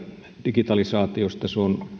digitalisaatiosta